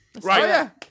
Right